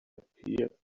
appeared